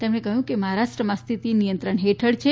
તેમણે કહ્યું કે મહારાષ્ટ્રમાં સ્થિતિ નિયંત્રણ હેઠળ છે